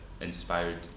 inspired